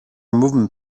movement